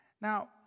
Now